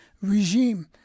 regime